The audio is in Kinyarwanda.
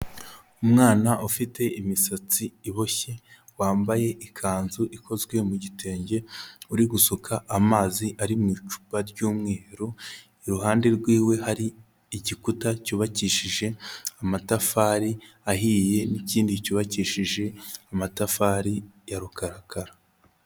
Umwana ufite imisatsi iboshye wambaye ikanzu ikozwe mu gitenge, uri gusuka amazi ari mu icupa ry'umweru, iruhande rw'iwe hari igikuta cyubakishije amatafari ahiye n'ikindi cyubakishije amatafari ya rukarakara.